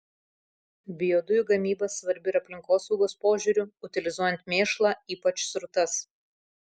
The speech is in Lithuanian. biodujų gamyba svarbi ir aplinkosaugos požiūriu utilizuojant mėšlą ypač srutas